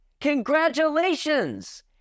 Congratulations